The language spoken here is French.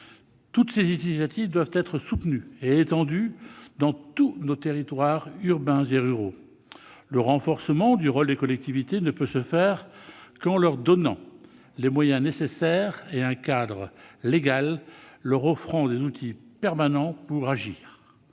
Toutes ces initiatives doivent être soutenues et étendues dans tous nos territoires urbains et ruraux. Le renforcement du rôle des collectivités exige de leur donner les moyens nécessaires et un cadre légal leur offrant des outils pertinents pour agir.